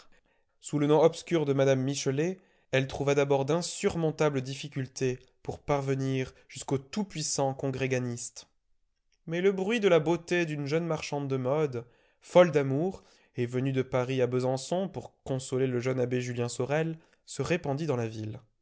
sous le nom obscur de mme michelet elle trouva d'abord d'insurmontables difficultés pour parvenir jusqu'au tout-puissant congréganiste mais le bruit de la beauté d'une jeune marchande de modes folle d'amour et venue de paris à besançon pour consoler le jeune abbé julien sorel se répandit dans la ville